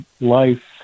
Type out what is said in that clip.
life